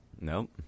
nope